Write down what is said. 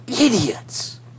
idiots